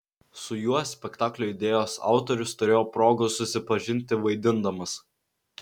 su juo spektaklio idėjos autorius turėjo progos susipažinti vaidindamas